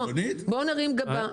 בוא נרים גבה.